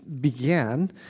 began